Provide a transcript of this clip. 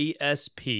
asp